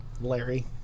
Larry